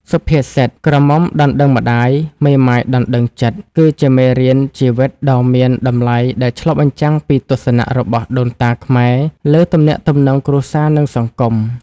សុភាសិត "ក្រមុំដណ្ដឹងម្ដាយ មេម៉ាយដណ្ដឹងចិត្ត" គឺជាមេរៀនជីវិតដ៏មានតម្លៃដែលឆ្លុះបញ្ចាំងពីទស្សនៈរបស់ដូនតាខ្មែរលើទំនាក់ទំនងគ្រួសារ និងសង្គម។